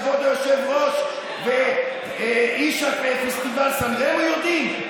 ורק כבוד היושב-ראש ואיש הפסטיבל סן רמו יודעים?